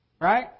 Right